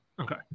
Okay